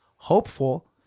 Hopeful